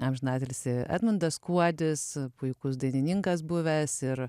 amžinatilsį edmundas kuodis puikus dainininkas buvęs ir